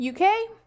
uk